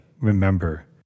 remember